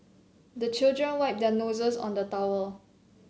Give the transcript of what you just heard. the children wipe their noses on the towel